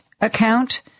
account